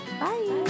Bye